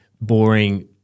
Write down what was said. boring